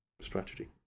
strategy